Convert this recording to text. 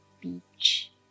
beach